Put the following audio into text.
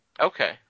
Okay